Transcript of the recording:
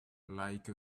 like